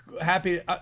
happy